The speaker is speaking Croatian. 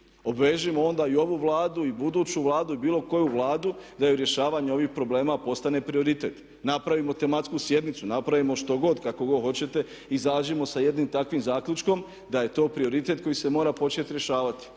Obvežimo onda i ovu Vladu i buduću Vladu i bilo koju Vladu da joj rješavanje ovih problema postane prioritet. Napravimo tematsku sjednicu, napravimo što god, kako god hoćete. Izađimo sa jednim takvim zaključkom da je to prioritet koji se mora početi rješavati.